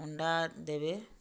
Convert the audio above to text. ଅଣ୍ଡା ଦେବେ